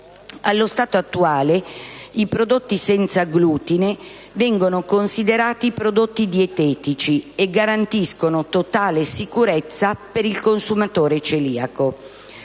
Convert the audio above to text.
Allo stato attuale i prodotti senza glutine vengono considerati prodotti dietetici e garantiscono totale sicurezza per il consumatore celiaco.